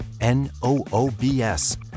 n-o-o-b-s